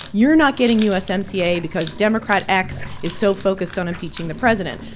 you're not getting usmca because democrat x is so focused on impeaching the president.